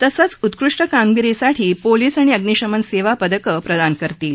तसंच उत्कृष्ट कामगिरीसाठी पोलीस आणि अग्निशमन सेवा पदकं प्रदान करतील